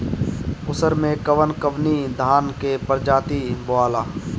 उसर मै कवन कवनि धान के प्रजाति बोआला?